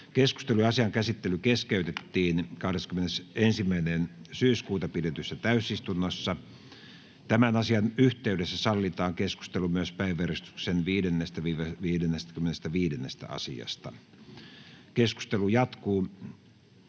Keskustelu ja asian käsittely keskeytettiin 21. syyskuuta pidetyssä täysistunnossa. Tämän asian yhteydessä sallitaan keskustelu myös päiväjärjestyksen 5.—55. asiasta. Keskustelu jatkuu,